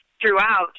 throughout